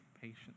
patience